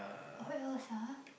what else ah